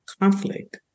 conflict